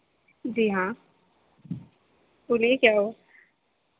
جی ہاں بولیے کیا ہُوا